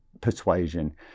Persuasion